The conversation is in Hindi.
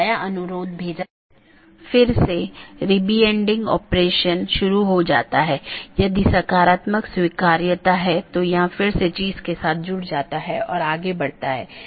एक गैर मान्यता प्राप्त ऑप्शनल ट्रांसिटिव विशेषता के साथ एक पथ स्वीकार किया जाता है और BGP साथियों को अग्रेषित किया जाता है